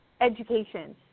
education